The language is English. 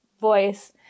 voice